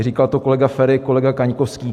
Říkal to kolega Feri, kolega Kaňkovský.